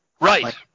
Right